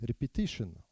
repetition